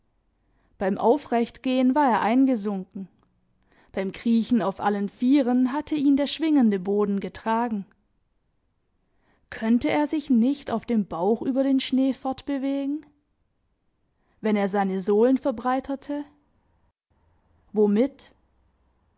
beim aufrechtgehen war er eingesunken beim kriechen auf allen vieren hatte ihn der schwingende boden getragen könnte er sich nicht auf dem bauch über den schnee fortbewegen wenn er seine sohlen verbreiterte womit